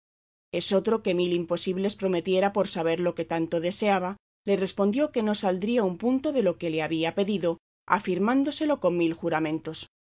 pecho esotro que mil imposibles prometiera por saber lo que tanto deseaba le respondió que no saldría un punto de lo que le había pedido afirmándoselo con mil juramentos